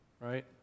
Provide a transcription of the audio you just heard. right